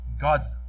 God's